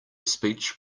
speech